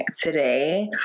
today